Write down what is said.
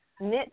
knit